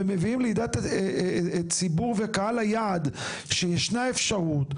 ומביאים לידיעת הציבור והקהל היעד, שישנה אפשרות.